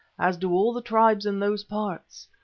as do all the tribes in those parts.